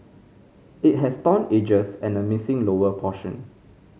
it has torn edges and a missing lower portion